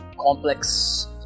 complex